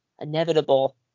inevitable